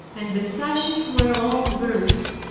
and the sashes were all burst.